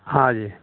हँ जी